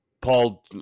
Paul